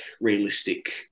realistic